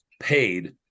paid